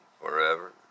forever